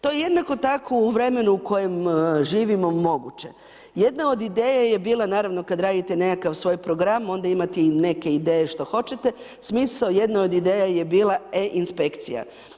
To je jednako tako u vremenu u kojem živimo moguće, jedna od ideja je bila, naravno, kad radite nekakav svoj program, onda imate i neke ideje što hoćete, smisao jedne od ideja je bila, e inspekcija.